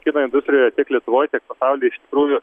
kino industrija tiek lietuvoj tiek pasauly iš tikrųjų